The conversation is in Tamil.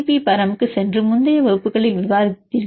பி பரமுக்குச் சென்று முந்தைய வகுப்புகளில் விவாதித்தீர்கள்